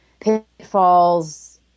pitfalls